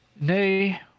Nay